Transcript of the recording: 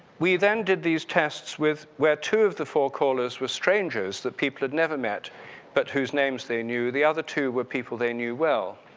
we then did these tests with where two of the four callers were strangers that people had never met but whose name they knew the other two were people they knew well.